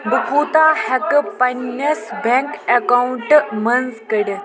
بہٕ کوٗتاہ ہیٚکہٕ پنٕنِس بیٚنٛک اکاونٹہٕ منٛز کٔڈِتھ